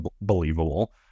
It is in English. believable